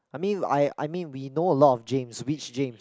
I mean I I mean we know a lot of James which James